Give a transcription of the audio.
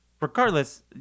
regardless